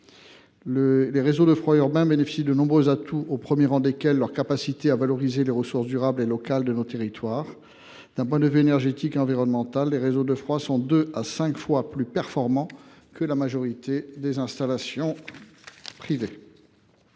Les réseaux de froid urbains bénéficient de nombreux atouts, au premier rang desquels leur capacité de valorisation des ressources durables et locales de nos territoires. D’un point de vue énergétique et environnemental, les réseaux de froid sont deux à cinq fois plus performants que la majorité des installations privées,